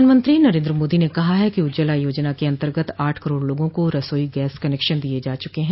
प्रधानमंत्री नरेन्द्र मोदी ने कहा है कि उज्जवला योजना के अन्तर्गत आठ करोड़ लोगों को रसोई गैस कनेक्शन दिये जा चुके हैं